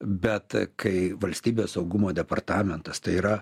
bet kai valstybės saugumo departamentas tai yra